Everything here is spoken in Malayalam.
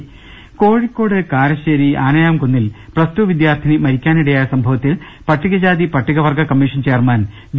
രുട്ടിട്ട്ട്ട്ട്ട്ട്ട കോഴിക്കോട് കാരശ്ശേരി ആനയാംകുന്നിൽ പ്തസ്ടു വിദ്യാർത്ഥിനി മരി ക്കാനിടയായ സംഭവത്തിൽ പട്ടികജാതി പട്ടികവർഗ കമ്മീഷൻ ചെയർമാൻ ബി